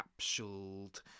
capsuled